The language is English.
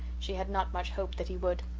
she had not much hope that he would.